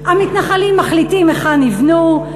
המתנחלים מחליטים היכן יבנו,